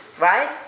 right